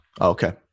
Okay